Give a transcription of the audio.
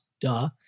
duh